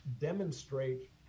demonstrate